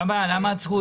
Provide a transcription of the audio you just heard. למה עצרו?